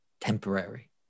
temporary